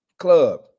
Club